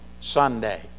Sunday